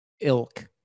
ilk